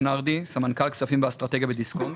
סמנכ"ל כספים ואסטרטגיה בדיסקונט.